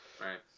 Right